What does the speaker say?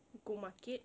go market